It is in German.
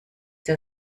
der